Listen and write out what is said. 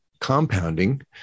compounding